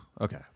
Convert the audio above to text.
Okay